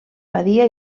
badia